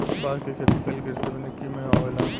बांस के खेती कइल कृषि विनिका में अवेला